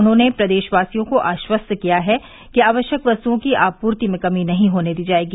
उन्होंने प्रदेशवासियों को आश्वस्त किया है कि आवश्यक वस्तुओं की आपूर्ति में कमी नहीं होने दी जाएगी